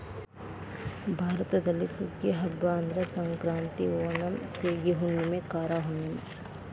ಭಾರತದಲ್ಲಿ ಸುಗ್ಗಿಯ ಹಬ್ಬಾ ಅಂದ್ರ ಸಂಕ್ರಾಂತಿ, ಓಣಂ, ಸೇಗಿ ಹುಣ್ಣುಮೆ, ಕಾರ ಹುಣ್ಣುಮೆ